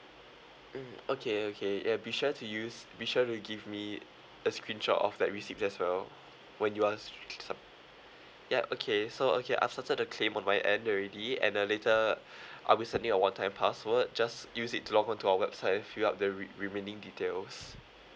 mm okay okay uh be sure to use be sure to give me a screenshot of that receipt as well when you ask sub~ ya okay so okay I've noted the claim on my end already and uh later I'll be sending a one-time password just use it to log on to our website and fill up the re~ remaining details